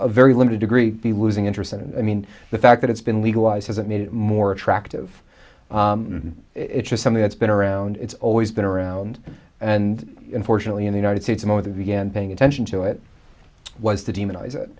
a very limited degree be losing interest in it i mean the fact that it's been legalized hasn't made it more attractive it's just something that's been around it's always been around and unfortunately in the united states more than began paying attention to it was to demonize it